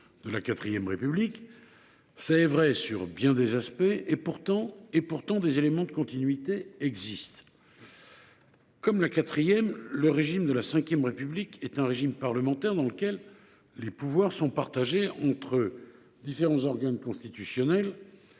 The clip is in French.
de la IV République. Cela est vrai sur bien des aspects ; pourtant, des éléments de continuité existent. Comme la IVRépublique, la V République est un régime parlementaire dans lequel les pouvoirs sont partagés entre différents organes constitutionnels